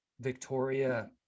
Victoria